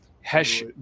Hesh